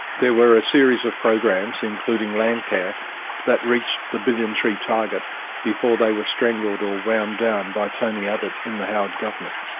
there were a series of programmes, including landcare that reached the billion tree target before they were strangled or wound down by tony abbott in the howard government.